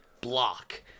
block